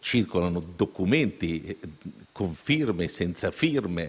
circolano documenti, con firma o senza firma,